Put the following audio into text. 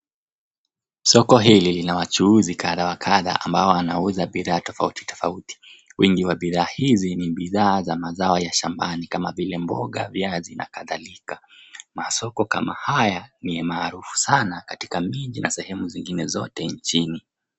Soko hili lina wachuuzi kadha wa kadha ambao wanauza bidhaa tofautitofauti. Wingi wa bidhaa hizi ni bidhaa za mazao ya shambani kama vile mboga, viazi na kadhalika. Masoko kama haya ni maarufu sana katika miji na sehemu zingine zote nchini.